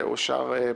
הצבעה